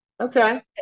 Okay